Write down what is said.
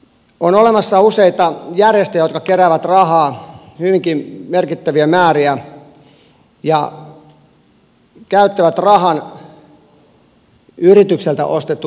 on olemassa useita järjestöjä jotka keräävät rahaa hyvinkin merkittäviä määriä ja käyttävät rahan yritykseltä ostetun palvelun maksamiseen